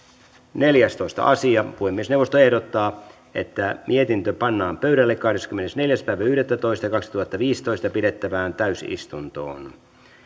neljästoista asia puhemiesneuvosto ehdottaa että mietintö pannaan pöydälle kahdeskymmenesneljäs yhdettätoista kaksituhattaviisitoista pidettävään täysistuntoon